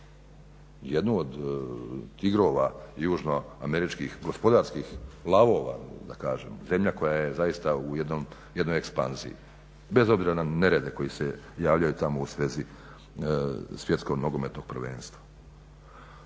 jednu od tigrova južno američkih, gospodarskih lavova da kažem, zemlja koja je zaista u jednoj ekspanziji bez obzira na nerede koji se javljaju tamo u svezi svjetskog nogometnog prvenstva.